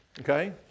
Okay